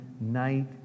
night